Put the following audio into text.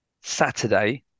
Saturday